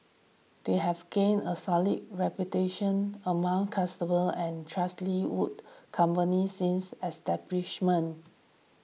they have gained a solid reputation amongst customers and trust Lee would company since establishment